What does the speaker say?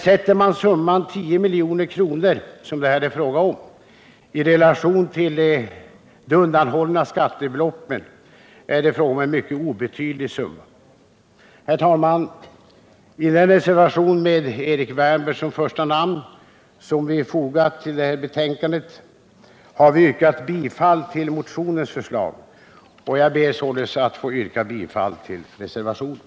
Sätter man summan 10 milj.kr. — som det här är fråga om -— i relation till de undanhållna skattebeloppen, är det en mycket obetydlig summa. Herr talman! I den reservation, med Erik Wärnberg som första namn, som vi fogat till detta betänkande, har vi yrkat bifall till motionens förslag, och jag ber således att få yrka bifall till reservationen.